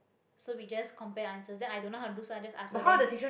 so we just compare answers then I don't know how to do so I just ask her then